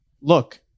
look